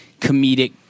comedic